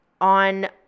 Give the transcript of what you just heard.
on